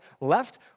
left